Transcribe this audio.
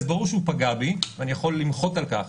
אז ברור שהוא פגע בי ואני יכול למחות על כך,